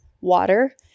water